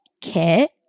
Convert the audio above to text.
Kit